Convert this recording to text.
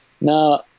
Now